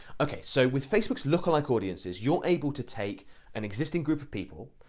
ok, so with facebook's lookalike audiences you're able to take an existing group of people,